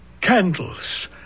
candles